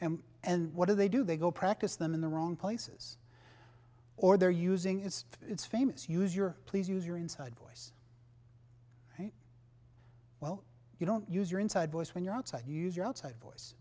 and and what do they do they go practice them in the wrong places or they're using is its famous use your please use your inside voice well you don't use your inside voice when you're outside you use your outside voice